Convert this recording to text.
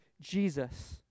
Jesus